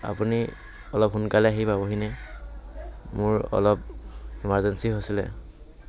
আপুনি অলপ সোনকালে আহি পাবহি নে মোৰ অলপ ইমাৰজেঞ্চি হৈছিলে